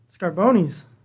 Scarboni's